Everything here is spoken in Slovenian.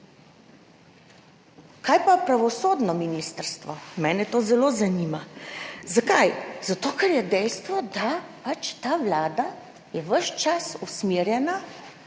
Kaj pa je pravosodno ministrstvo? Mene to zelo zanima. Zakaj? Zato, ker je dejstvo, da pač ta Vlada je ves čas usmerjena